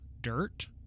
dirt